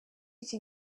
iki